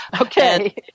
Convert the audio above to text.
Okay